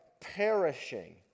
perishing